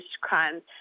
crimes